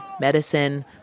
medicine